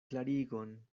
klarigon